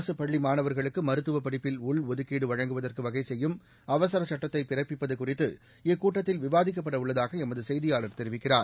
அரசு பள்ளி மாணவா்களுக்கு மருத்துவ படிப்பில் உள்ஒதுக்கீடு வழங்குவதற்கு வகை செய்யும் அவசர சட்டத்தை பிறப்பிப்பது குறித்து இக்கூட்டத்தில் விவாதிக்கப்பட உள்ளதாக எமது கெய்தியாளர் தெரிவிக்கிறார்